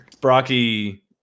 Brocky